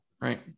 right